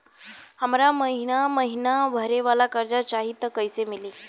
हमरा महिना महीना भरे वाला कर्जा चाही त कईसे मिली?